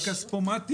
שהישיבה הזאת,